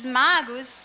magos